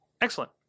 excellent